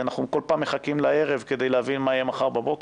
אנחנו כל פעם מחכים לערב כדי להבין מה יהיה מחר בבוקר.